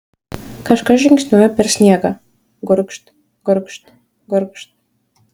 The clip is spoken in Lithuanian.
kažkas žingsniuoja per sniegą gurgžt gurgžt gurgžt